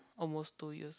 almost two years